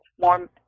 more